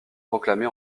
proclamée